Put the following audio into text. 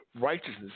righteousness